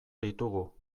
ditugu